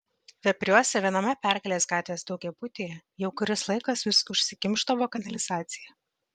vepriuose viename pergalės gatvės daugiabutyje jau kuris laikas vis užsikimšdavo kanalizacija